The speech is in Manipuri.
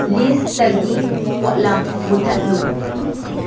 ꯂꯤꯁꯇꯒꯤ ꯄꯣꯠꯂꯝ ꯃꯨꯊꯠꯂꯨ